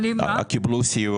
קיבלו סיוע?